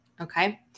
okay